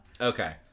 Okay